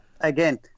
Again